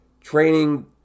training